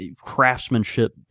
craftsmanship